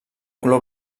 color